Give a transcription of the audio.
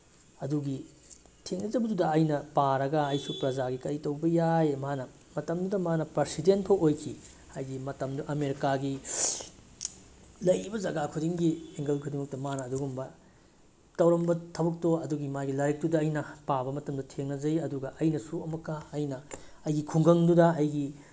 ꯑꯗꯨꯒꯤ ꯊꯦꯡꯅꯖꯕꯗꯨꯗ ꯑꯩꯅ ꯄꯥꯔꯒ ꯑꯩꯁꯨ ꯄ꯭ꯔꯖꯥꯒꯤ ꯀꯩ ꯇꯧꯕ ꯌꯥꯏ ꯃꯥꯅ ꯃꯇꯝꯗꯨꯗ ꯃꯥꯅ ꯄ꯭ꯔꯁꯤꯗꯦꯟ ꯐꯥꯎꯕ ꯑꯣꯏꯈꯤ ꯍꯥꯏꯗꯤ ꯃꯇꯝꯗꯣ ꯑꯃꯦꯔꯤꯀꯥꯒꯤ ꯂꯩꯔꯤꯕ ꯖꯒꯥ ꯈꯨꯗꯤꯡꯒꯤ ꯑꯦꯡꯒꯜ ꯈꯨꯗꯤꯡꯃꯛꯇ ꯃꯥꯅ ꯑꯗꯨꯒꯨꯝꯕ ꯇꯧꯔꯝꯕ ꯊꯕꯛꯇꯣ ꯑꯗꯨꯒꯤ ꯃꯥꯒꯤ ꯂꯥꯏꯔꯤꯛꯇꯨꯗ ꯑꯩꯅ ꯄꯥꯕ ꯃꯇꯝꯗ ꯊꯦꯡꯅꯖꯩ ꯑꯗꯨꯒ ꯑꯩꯅꯁꯨ ꯑꯃꯨꯛꯀ ꯑꯩꯅ ꯑꯩꯒꯤ ꯈꯨꯡꯒꯪꯗꯨꯗ ꯑꯩꯒꯤ